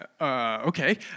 okay